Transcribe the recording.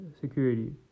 security